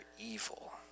evil